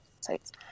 sites